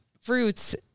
fruits